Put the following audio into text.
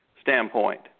standpoint